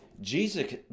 Jesus